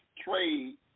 trade